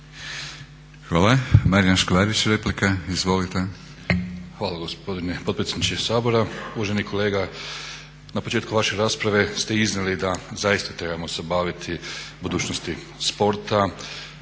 Izvolite. **Škvarić, Marijan (HNS)** Hvala gospodine potpredsjedniče Sabora. Uvaženi kolega na početku vaše rasprave ste iznijeli da zaista trebamo se baviti budućnosti sporta,